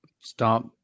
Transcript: stop